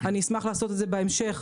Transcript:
אני אשמח לעשות את זה בהמשך,